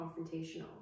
confrontational